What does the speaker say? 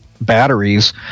Batteries